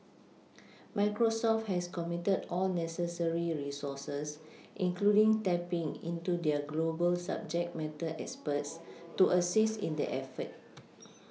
Microsoft has committed all necessary resources including tapPing into their global subject matter experts to assist in the effort